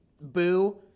boo